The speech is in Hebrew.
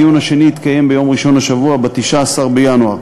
הדיון השני התקיים ביום ראשון השבוע, ב-19 בינואר.